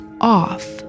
off